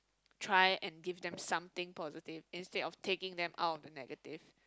try and give them something positive instead of taking them out of the negative